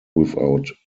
without